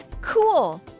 Cool